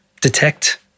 detect